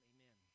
Amen